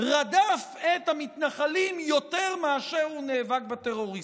רדף את המתנחלים יותר מאשר הוא נאבק בטרוריסטים.